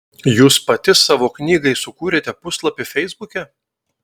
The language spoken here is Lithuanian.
jūs pati savo knygai sukūrėte puslapį feisbuke